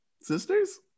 sisters